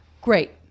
great